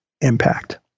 impact